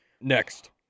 Next